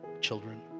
children